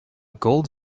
gold